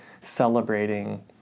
celebrating